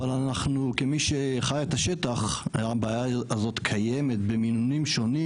אבל אנחנו כמי שחי את השטח הבעיה הזאת קיימת במינונים שונים,